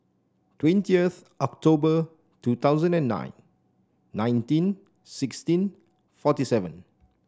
twenties October two thousand and nine nineteen sixteen forty seven